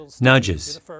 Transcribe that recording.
nudges